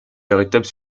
véritable